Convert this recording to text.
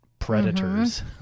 predators